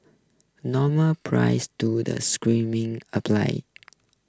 normal prices do the screenings apply